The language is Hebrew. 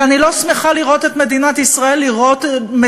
ואני לא שמחה לראות את מדינת ישראל ממתינה,